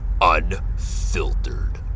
Unfiltered